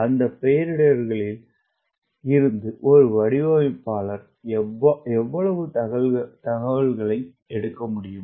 அந்த பெயரிடல்களில் இருந்து ஒரு வடிவமைப்பாளர் எவ்வளவு தகவல்களை எடுக்க முடியும்